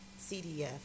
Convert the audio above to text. CDF